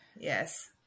Yes